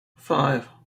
five